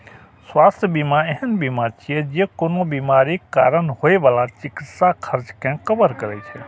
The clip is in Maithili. स्वास्थ्य बीमा एहन बीमा छियै, जे कोनो बीमारीक कारण होइ बला चिकित्सा खर्च कें कवर करै छै